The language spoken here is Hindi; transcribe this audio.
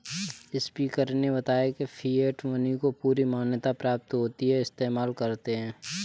स्पीकर ने बताया की फिएट मनी को पूरी मान्यता प्राप्त होती है और इस्तेमाल करते है